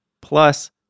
plus